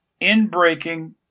inbreaking